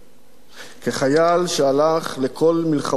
כחייל שהלך לכל מלחמות ישראל,